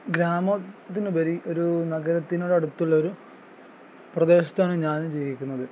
ഗ്രാമത്തിനുപരി ഒരു നഗരത്തിനോട് അടുത്തുള്ള ഒരു പ്രദേശത്താണ് ഞാൻ ജീവിക്കുന്നത്